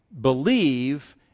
believe